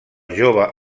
jove